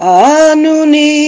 anuni